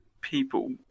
people